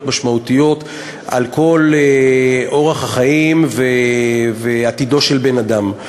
משמעותיות על כל אורח החיים והעתיד של בן-אדם.